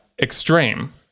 extreme